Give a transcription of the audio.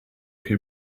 che